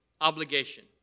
obligation